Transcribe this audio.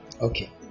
Okay